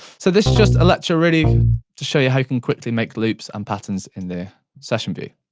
so this just a lecture really to show you how you can quickly make loops and patterns in the session view.